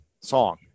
song